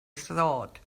thought